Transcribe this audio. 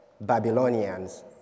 Babylonians